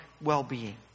well-being